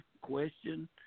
question